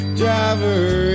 driver